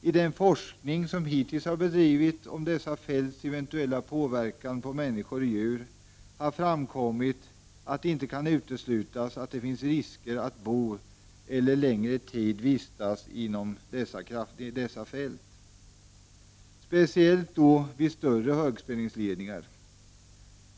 I den forskning som hittills bedrivits om dessa fälts eventuella påverkan på människor och djur har det framkommit att det inte kan uteslutas att det finns risker med att bo eller under längre tid vistas inom dessa fält — speciellt vid de större högspänningsledningarna.